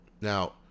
Now